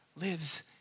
lives